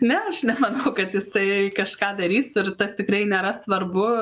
ne aš nemanau kad jisai kažką darys ir tas tikrai nėra svarbu